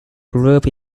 group